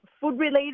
food-related